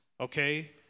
okay